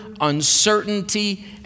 uncertainty